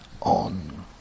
on